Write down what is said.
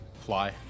Fly